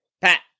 Pat